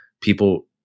people